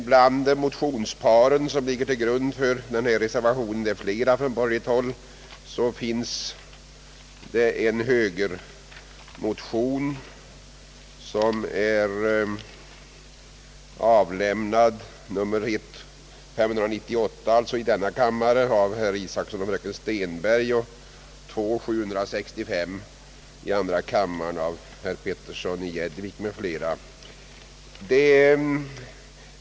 Flera borgerliga motioner ligger till grund för denna reservation, bl.a. motion nr 598 i denna kammare av herr Isacson och fröken Stenberg samt nr 765 i andra kammaren av herr Petersson i Gäddvik m.fl.